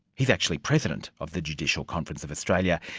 he's actually president of the judicial conference of australia.